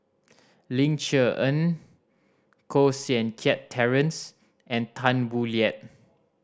Ling Cher Eng Koh Seng Kiat Terence and Tan Boo Liat